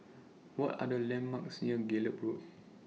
What Are The landmarks near Gallop Road